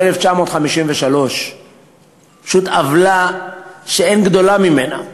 של 1953. פשוט עוולה שאין גדולה ממנה,